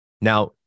Now